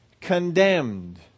condemned